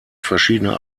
verschiedene